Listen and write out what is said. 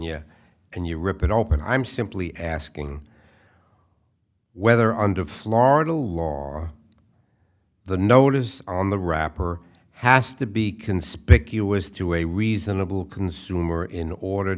can you rip it open i'm simply asking whether under florida law the notice on the wrapper has to be conspicuous to a reasonable consumer in order